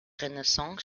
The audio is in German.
renaissance